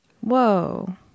Whoa